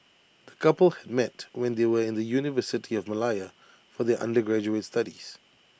the couple had met when they were in the university of Malaya for their undergraduate studies